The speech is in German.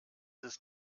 ist